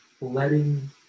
letting